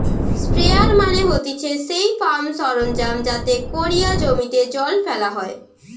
sprayer মানে হতিছে সেই ফার্ম সরঞ্জাম যাতে কোরিয়া জমিতে জল ফেলা হয়